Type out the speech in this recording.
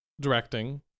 directing